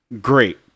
great